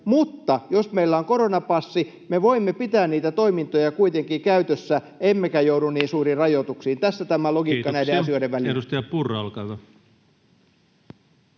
mutta jos meillä on koronapassi, me voimme pitää niitä toimintoja kuitenkin käytössä emmekä joudu niin suuriin rajoituksiin. Tässä tämä logiikka näiden asioiden välillä. Kiitoksia. — Edustaja Purra, olkaa hyvä.